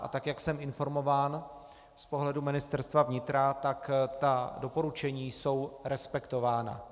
A tak jak jsem informován z pohledu Ministerstva vnitra, tak ta doporučení jsou respektována.